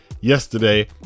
yesterday